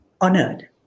honored